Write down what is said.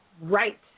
Right